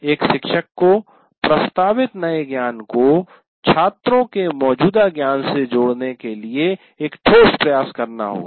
एक शिक्षक को प्रस्तावित नए ज्ञान को छात्रों के मौजूदा ज्ञान से जोड़ने के लिए एक ठोस प्रयास करना होगा